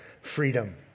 freedom